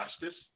justice